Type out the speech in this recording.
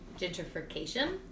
gentrification